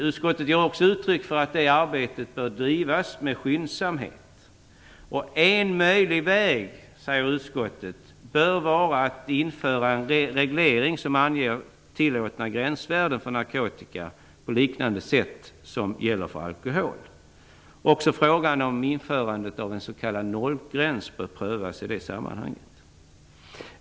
Utskottet ger också uttryck för att det arbetet bör drivas med skyndsamhet. En möjligt väg, säger utskottet, bör vara att införa en reglering som anger tillåtna gränsvärden för narkotika liknande den som gäller för alkohol. Också frågan om införandet av en s.k. nollgräns bör prövas i det sammanhanget.